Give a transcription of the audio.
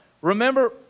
remember